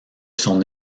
son